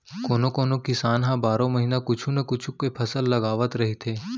कोनो कोनो किसान ह बारो महिना कुछू न कुछू के फसल लगावत रहिथे